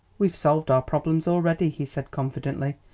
we've solved our problems already, he said confidently,